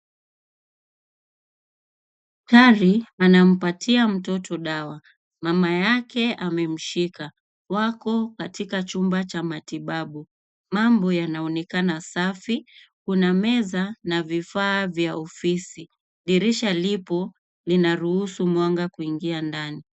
Daktari anampatia mtoto dawa. Mama yake amemshika. Wako katika chumba cha matibabu. Mambo yanaonekana safi. Kuna meza na vifaa vya ofisi. Dirisha lipo linaruhusu mwanga kuingia ndani.